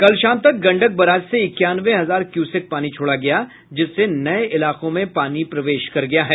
कल शाम तक गंडक बराज से इक्यानवे हजार क्यूसेक पानी छोड़ा गया जिससे नये इलाकों में पानी प्रवेश कर गया है